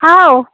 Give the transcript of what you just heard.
ꯍꯥꯎ